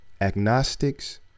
agnostics